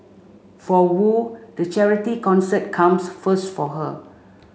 for Wu the charity concert comes first for her